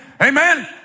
Amen